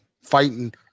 fighting